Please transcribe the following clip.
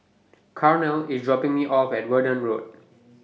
Carnell IS dropping Me off At Verdun Road